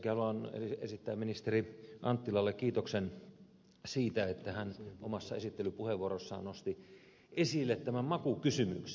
ensinnäkin haluan esittää ministeri anttilalle kiitoksen siitä että hän omassa esittelypuheenvuorossaan nosti esille tämän makukysymyksen